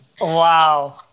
Wow